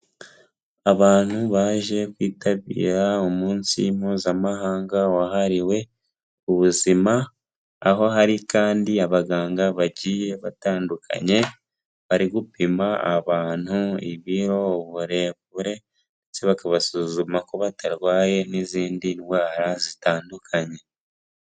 Abantu baje kwitabira umunsi mpuzamahanga wahariwe ubuzima aho hari kandi abaganga bagiye batandukanye bari gupima abantu ibiro, uburebure ndetse bakabasuzuma ko batarwaye n'izindi ndwara zitandukanye.